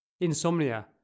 insomnia